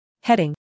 Heading